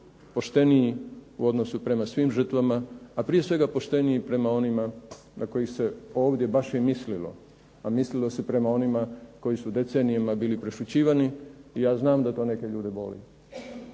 pošteniji u odnosu prema svim žrtvama, a prije svega pošteniji prema onima na kojih se ovdje baš i mislilo. A mislilo se prema onima koji su decenijama bili prešućivani i ja znam da to neke ljude boli